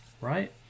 right